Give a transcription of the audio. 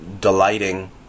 delighting